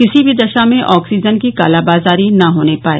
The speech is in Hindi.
किसी भी दशा में आक्सीजन की कालाबाजारी न होने पाए